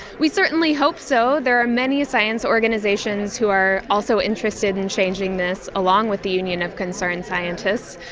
we certainly hope so. there are many science organisations who are also interested in changing this, along with the union of concerned scientists.